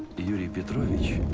yuri petrovich,